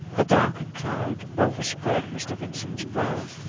a dark cloud overspread mr. vincent's brow